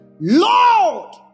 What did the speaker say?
Lord